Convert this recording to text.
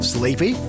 Sleepy